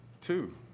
two